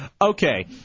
Okay